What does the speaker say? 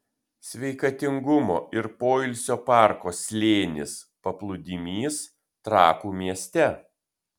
sveikatingumo ir poilsio parko slėnis paplūdimys trakų mieste